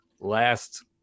last